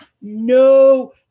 no